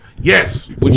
Yes